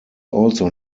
also